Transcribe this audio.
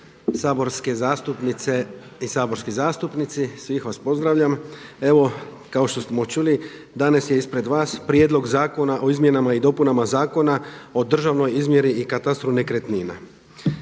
saborske zastupnice i saborski zastupnici, svih vas pozdravljam. Evo kao što smo čuli danas je ispred vas prijedlog Zakona o izmjenama i dopunama Zakona o državnoj izmjeri i katastru nekretnina.